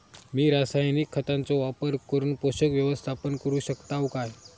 मी रासायनिक खतांचो वापर करून पोषक व्यवस्थापन करू शकताव काय?